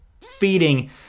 feeding